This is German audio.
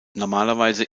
normalerweise